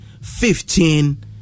fifteen